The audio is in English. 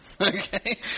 okay